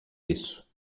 isso